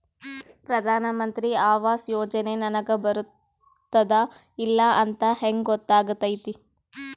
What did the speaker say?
ಪ್ರಧಾನ ಮಂತ್ರಿ ಆವಾಸ್ ಯೋಜನೆ ನನಗ ಬರುತ್ತದ ಇಲ್ಲ ಅಂತ ಹೆಂಗ್ ಗೊತ್ತಾಗತೈತಿ?